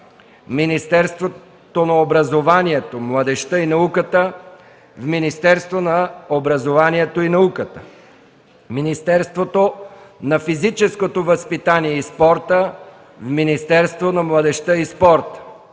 Министерството на образованието, младежта и науката – в Министерство на образованието и науката; - Министерството на физическото възпитание и спорта – в Министерство на младежта и спорта.